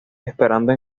esperando